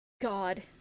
God